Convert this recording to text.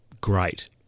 great